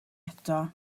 eto